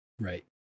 Right